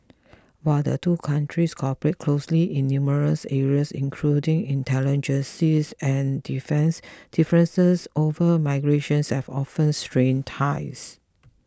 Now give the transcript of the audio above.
while the two countries cooperate closely in numerous areas including intelligences and defence differences over migrations have often strained ties